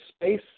space